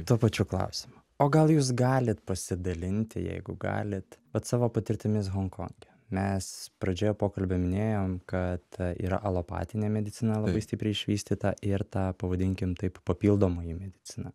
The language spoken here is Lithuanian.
tuo pačiu klausimu o gal jūs galit pasidalinti jeigu galit bet savo patirtimis honkonge mes pradžioje pokalbio minėjom kad yra alopatinė medicina labai stipriai išvystyta ir tą pavadinkim taip papildomoji medicina